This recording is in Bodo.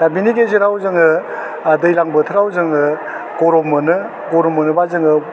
दा बेनि गेजेराव जोङो आह दैलां बोथोराव जोङो गरम मोनो गरम मोनोबा जोङो